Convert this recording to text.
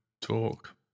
talk